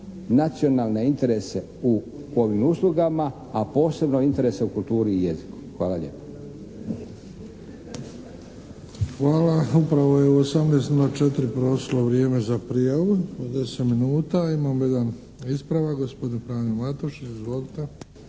nacionalne interese u ovim uslugama, a posebno interese u kulturi i jeziku. Hvala lijepo. **Bebić, Luka (HDZ)** Hvala. Upravo je u 18,04 prošlo vrijeme za prijavu od 10 minuta. Imamo jedan ispravak, gospodin Frano Matušić. Izvolite.